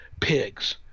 pigs